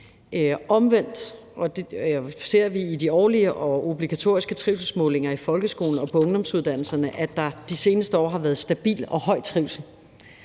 Omvendt ser vi i de årlige og obligatoriske trivselsmålinger i folkeskolen og på ungdomsuddannelserne, at der de seneste år har været en stabilt høj trivsel,